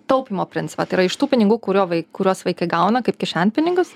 taupymo principą tai yra iš tų pinigų kurio vai kuriuos vaikai gauna kaip kišenpinigius